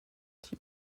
die